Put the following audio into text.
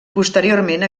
posteriorment